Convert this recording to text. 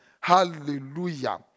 Hallelujah